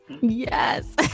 Yes